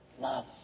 Love